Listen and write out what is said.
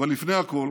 אבל לפני הכול